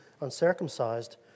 uncircumcised